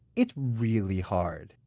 it's really hard.